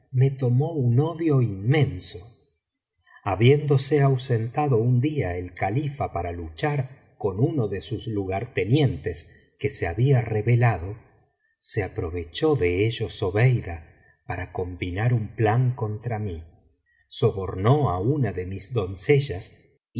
tomó un odio inmenso habiéndose ausentado un día el califa para luchar con uno de sus lugartenientes que se había rebelado se aprovechó de ello zobeida para combinar un plan contra mí sobornó á una de mis doncellas